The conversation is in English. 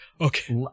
Okay